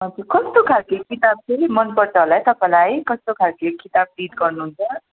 हजुर कस्तो खालको किताब चाहिँ मन पर्छ होला है तपाईँलाई कस्तो खालको किताब रिड गर्नुहुन्छ